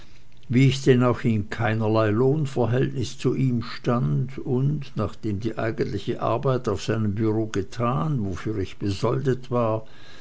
wie ich denn auch in keinerlei lohnverhältnis zu ihm stand und nachdem die eigentliche arbeit auf seinem bureau getan wofür ich besoldet war